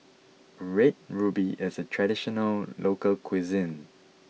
Red Ruby is a traditional local cuisine